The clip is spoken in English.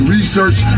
research